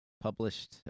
Published